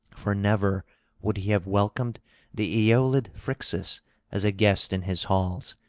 for never would he have welcomed the aeolid phrixus as a guest in his halls,